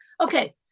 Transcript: okay